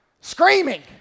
screaming